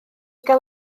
gael